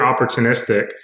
opportunistic